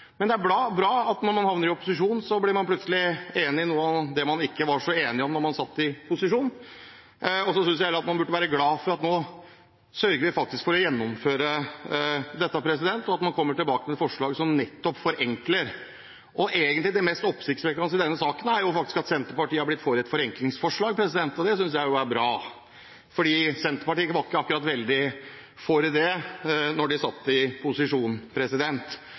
Men det er bra at man når man havner i opposisjon, plutselig blir enig i noe av det man ikke var så enig i da man satt i posisjon, og så synes jeg heller at man burde være glad for at vi nå sørger for å gjennomføre dette, og at man kommer tilbake med forslag som nettopp forenkler. Det mest oppsiktsvekkende i denne saken er jo at Senterpartiet har blitt for et forenklingsforslag. Det synes jeg er bra, for Senterpartiet var ikke akkurat veldig for det da de satt i posisjon